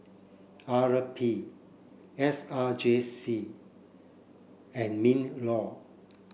R P S R J C and MINLAW